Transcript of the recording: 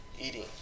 Eating